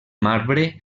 marbre